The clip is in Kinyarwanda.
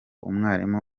umwarimu